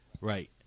Right